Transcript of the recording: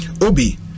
Obi